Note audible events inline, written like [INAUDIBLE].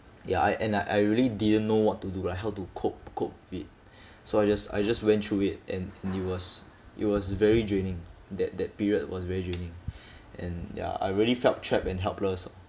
ya and and I I really didn't know what to do lah how to cope cope with it so I just I just went through it and it was it was very draining that that period was very draining [BREATH] and ya I really felt trapped and helpless